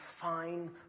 fine